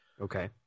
Okay